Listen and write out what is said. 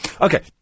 Okay